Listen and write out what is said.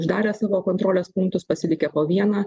uždarę savo kontrolės punktus pasilikę po vieną